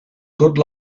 good